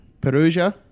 Perugia